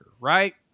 right